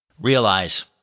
Realize